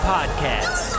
Podcast